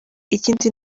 ikindi